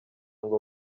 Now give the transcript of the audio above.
ngo